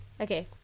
Okay